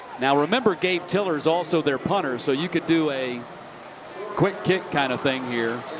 now, remember, gabe tiller is also their punter so you could do a quick kick kind of thing here.